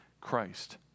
Christ